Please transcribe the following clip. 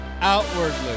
outwardly